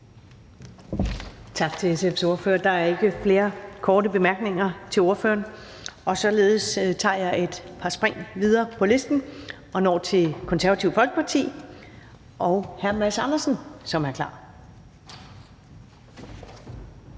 Tak til SF's ordfører. Der er ikke flere korte bemærkninger til ordføreren. Således tager jeg et par spring videre ned på listen og når til Det Konservative Folkeparti og hr. Mads Andersen, som er klar.